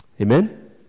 amen